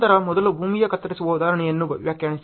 ನಂತರ ಮೊದಲು ಭೂಮಿಯ ಕತ್ತರಿಸುವ ಉದಾಹರಣೆಯನ್ನು ವ್ಯಾಖ್ಯಾನಿಸಿ